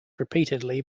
repeatedly